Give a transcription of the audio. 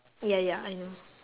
ya ya I know